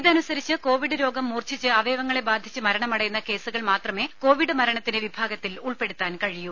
ഇതനുസരിച്ച് കോവിഡ് രോഗം മൂർച്ഛിച്ച് അവയവങ്ങളെ ബാധിച്ച് മരണമടയുന്ന കേസുകൾ മാത്രമേ കോവിഡ് മരണത്തിന്റെ വിഭാഗത്തിൽ ഉൾപ്പെടുത്താൻ കഴിയൂ